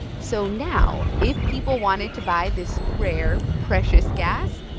so now if people wanted to buy this rare, precious gas,